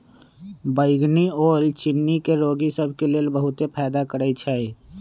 बइगनी ओल चिन्नी के रोगि सभ के लेल बहुते फायदा करै छइ